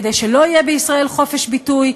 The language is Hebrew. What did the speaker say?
כדי שלא יהיה בישראל חופש ביטוי,